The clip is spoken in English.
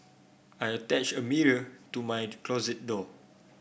I attached a mirror to my closet door